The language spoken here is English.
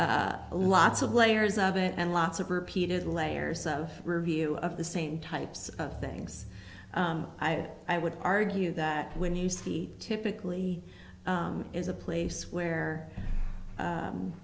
lots of layers of it and lots of repeated layers of review of the same types of things that i would argue that when you see typically is a place where